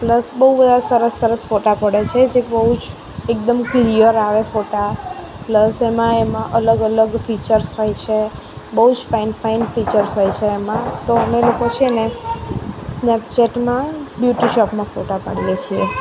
plus બહુ બધા સરસ સરસ ફોટા પડે છે જે બહુજ એકદમ ક્લિયર આવે ફોટા પ્લસ એમાં એમાં અલગ અલગ ફીચર્સ હોય છે બહુજ ફાઇન ફાઇન ફીચર્સ હોય છે એમાં તો અમે લોકો છેને સ્નેપચેટમાં બ્યુટી શોપમાં ફોટા પાડીએ છીએ